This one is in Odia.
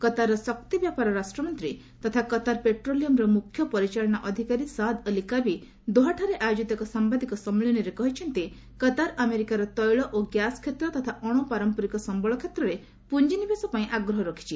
କତାରର ଶକ୍ତି ବ୍ୟାପାର ରାଷ୍ଟ୍ରମନ୍ତ୍ରୀ ତଥା କତାର ପେଟ୍ରୋଲିୟମ୍ର ମୁଖ୍ୟ ପରିଚାଳନା ଅଧିକାରୀ ସାଦ୍ ଅଲ୍ କାବି ଦୋହାଠାରେ ଆୟୋକିତ ଏକ ସାମ୍ଘାଦିକ ସମ୍ମିଳନୀରେ କହିଛନ୍ତି କତାର ଆମେରିକାର ତେଳ ଓ ଗ୍ୟାସ୍ କ୍ଷେତ୍ର ତଥା ଅଣପାରମ୍ପରିକ ସମ୍ବଳ କ୍ଷେତ୍ରରେ ପୁଞ୍ଜି ନିବେଶ ପାଇଁ ଆଗ୍ରହ ରଖିଛି